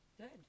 Good